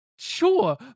Sure